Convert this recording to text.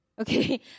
Okay